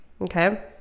Okay